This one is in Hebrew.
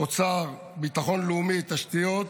אוצר, ביטחון לאומי, תשתיות,